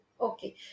Okay